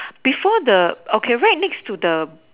before the okay where's next to the